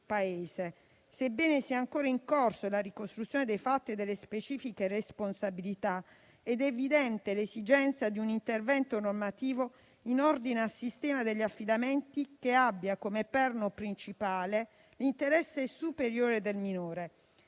Paese. Sebbene sia ancora in corso la ricostruzione dei fatti e delle specifiche responsabilità, è evidente l'esigenza di un intervento normativo in ordine al sistema degli affidamenti che abbia come perno principale l'interesse superiore del minore.